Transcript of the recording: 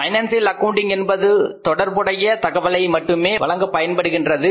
financial accounting என்பது தொடர்புடைய தகவல்களை மட்டுமே வழங்க பயன்படுகின்றது